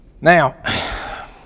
Now